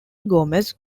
gomez